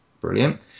Brilliant